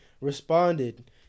responded